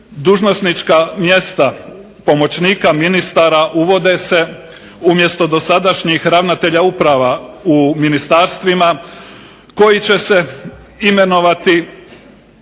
dužnosnička mjesta pomoćnika ministara uvode se umjesto dosadašnjih ravnatelja uprava u ministarstvima, koji će se imenovati